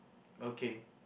okay